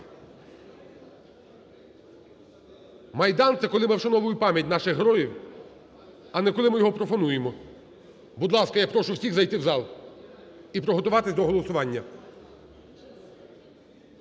Майдан, це коли ми вшановуємо пам'ять наших героїв, а не коли ми його профануємо. Будь ласка, я прошу всіх зайти в зал і приготуватись до голосування.